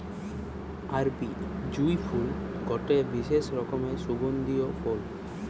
আরবি জুঁই ফুল গটে বিশেষ রকমের সুগন্ধিও ফুল